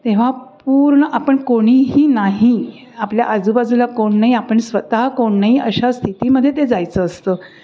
तेव्हा पूर्ण आपण कोणीही नाही आपल्या आजूबाजूला कोण नाही आपण स्वतः कोण नाही अशा स्थितीमध्ये ते जायचं असतं